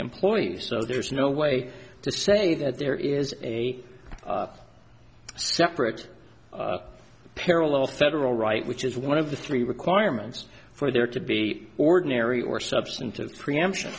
employees so there's no way to say that there is a separate parallel federal right which is one of the three requirements for there to be ordinary or substantive preemption